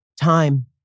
Time